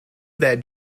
that